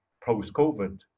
post-COVID